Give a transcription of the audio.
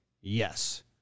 Yes